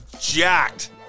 jacked